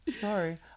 Sorry